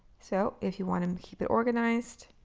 so if you want um to keep it organized.